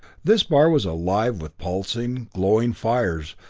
this bar was alive with pulsing, glowing fires,